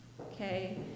Okay